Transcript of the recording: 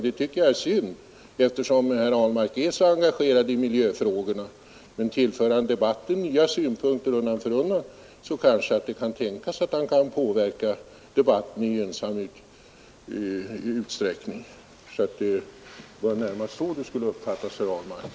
Det tycker jag är synd, eftersom herr Ahlmark är så engagerad i miljöfrågorna. Men tillför han debatten nya synpunkter undan för undan kan det tänkas att han kan påverka debatten i gynnsam riktning. Det var närmast så det skulle uppfattas, herr Ahlmark.